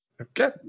Okay